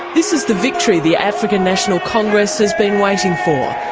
this is the victory the african national congress has been waiting for.